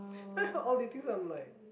then I've heard all these things I'm like